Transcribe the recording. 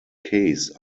case